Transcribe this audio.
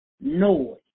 noise